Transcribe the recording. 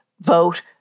vote